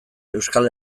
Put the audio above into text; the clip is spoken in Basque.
euskal